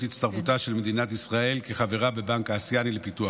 הצטרפותה של מדינת ישראל כחברה בבנק האסייני לפיתוח.